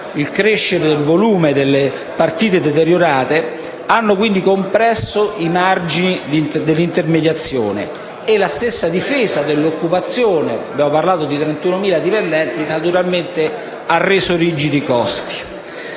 il crescere del volume delle partite deteriorate hanno compresso i margini di intermediazione e la stessa difesa dell'occupazione (abbiamo parlato di 31.000 dipendenti) naturalmente ha reso rigidi i costi.